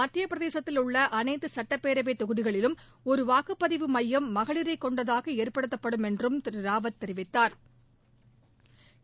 மத்திய பிரதேசத்தில் உள்ள அனைத்து சட்டபேரவை தொகுதிகளிலும் ஒரு வாக்குபதிவு மையம் மகளிரை கொண்டதாக ஏற்படுத்தப்படும் என்றும் திரு ராவத் தெரிவித்தாா்